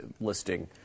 listing